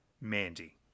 Mandy